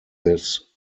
this